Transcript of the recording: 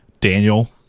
Daniel